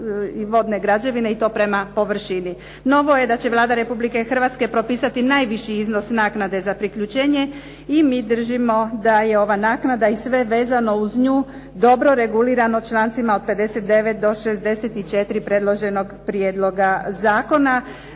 Vlada Republike Hrvatske propisati najviši iznos naknade za priključenje, i mi držimo da je ova naknada i sve vezano uz nju dobro regulirano člancima od 59. do 64. predloženog prijedloga zakona.